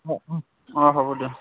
অঁ অঁ হ'ব দিয়ক